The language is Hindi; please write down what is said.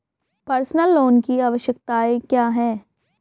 पर्सनल लोन की आवश्यकताएं क्या हैं?